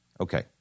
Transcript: Okay